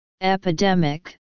Epidemic